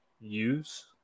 use